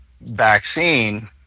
vaccine